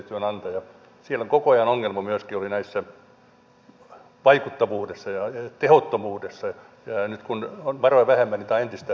siellä oli koko ajan ongelmaa myöskin tehottomuudessa ja nyt kun on varoja vähemmän niin tämä on entistä tärkeämpää